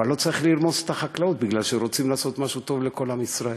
אבל לא צריך לרמוס את החקלאות בגלל שרוצים לעשות משהו טוב לכל עם ישראל.